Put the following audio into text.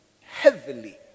heavily